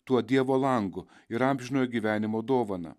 tuo dievo langu ir amžinojo gyvenimo dovana